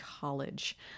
College